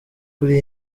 kuri